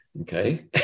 Okay